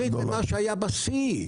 בינתיים ירד יחסית למה שהיה בשיא.